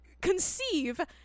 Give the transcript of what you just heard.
conceive